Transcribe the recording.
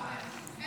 אין הצבעה.